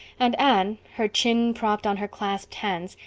and anne, her chin propped on her clasped hands,